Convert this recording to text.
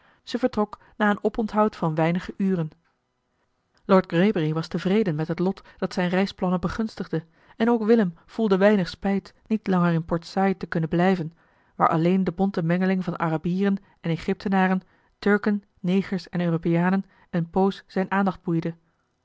zij vertrok na een oponthoud van weinige uren lord greybury was tevreden met het lot dat zijne reisplannen begunstigde en ook willem voelde weinig spijt niet langer in porteli heimans willem roda saïd te kunnen blijven waar alleen de bonte mengeling van arabieren en egyptenaren turken negers en europeanen eene poos zijne aandacht boeide